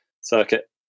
circuit